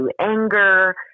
anger